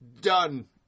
Done